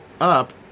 up